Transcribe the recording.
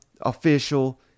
official